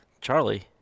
charlie